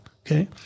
Okay